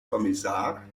kommissar